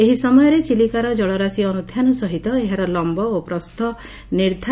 ଏହି ସମୟରେ ଚିଲିକାର ଜଳରାଶୀ ଅନୁଧ୍ଧାନ ସହିତ ଏହାର ଲମ୍ୟ ଓ ପ୍ରସ୍ଛ ନିର୍କ୍